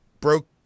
broke